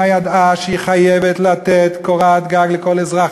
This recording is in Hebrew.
ידעה שהיא חייבת לתת קורת גג לכל אזרח,